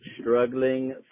Struggling